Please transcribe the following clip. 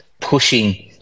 pushing